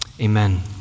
amen